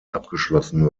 abgeschlossen